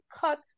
cut